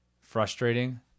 frustrating